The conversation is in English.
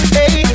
hey